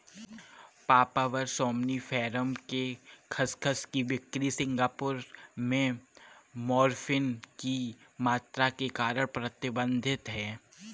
papaver somniferum के खसखस की बिक्री सिंगापुर में मॉर्फिन की मात्रा के कारण प्रतिबंधित है